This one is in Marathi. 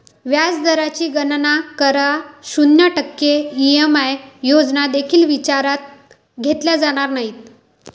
व्याज दराची गणना करा, शून्य टक्के ई.एम.आय योजना देखील विचारात घेतल्या जाणार नाहीत